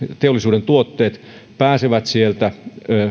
teollisuuden tuotteet pääsevät sieltä